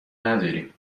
نداری